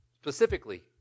specifically